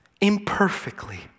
imperfectly